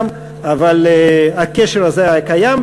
אבל הקשר הזה היה קיים,